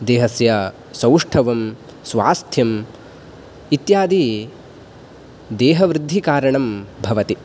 देहस्य सौष्टवं स्वास्थ्यम् इत्यादि देहवृद्धिकारणं भवति